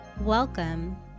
Welcome